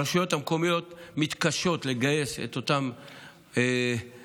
הרשויות המקומיות מתקשות לגייס את אותם מטפלים,